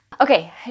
Okay